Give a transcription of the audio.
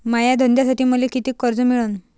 माया धंद्यासाठी मले कितीक कर्ज मिळनं?